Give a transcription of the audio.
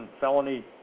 felony